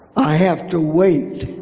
i have to wait.